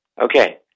Okay